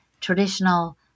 traditional